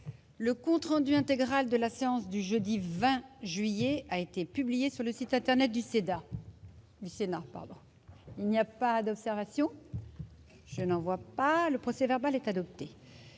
Le compte rendu intégral de la séance du jeudi 20 juillet 2017 a été publié sur le site internet du Sénat. Il n'y a pas d'observation ?... Le procès-verbal est adopté.